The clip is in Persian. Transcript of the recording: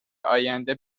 آینده